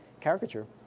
caricature